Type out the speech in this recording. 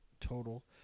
total